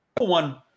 one